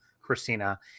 Christina